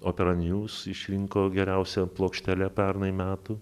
opera news išrinko geriausia plokštele pernai metų